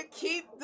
keep